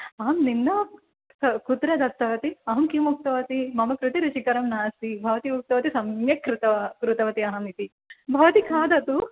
अहं निन्दा कुत्र दत्तवती अहं किम् उक्तवती मम प्रति रुचिकरं नास्ति भवती उक्तवती सम्यक् कृतवती अहम् इति भवती खादतु